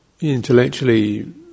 intellectually